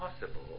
possible